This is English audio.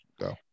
go